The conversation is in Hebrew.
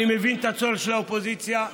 אני מבין את הצורך של האופוזיציה,